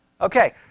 Okay